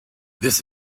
this